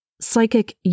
Psychic